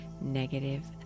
negative